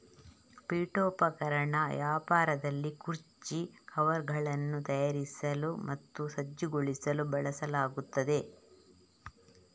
ಪೀಠೋಪಕರಣ ವ್ಯಾಪಾರದಲ್ಲಿ ಕುರ್ಚಿ ಕವರ್ಗಳನ್ನು ತಯಾರಿಸಲು ಮತ್ತು ಸಜ್ಜುಗೊಳಿಸಲು ಬಳಸಲಾಗುತ್ತದೆ